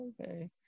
okay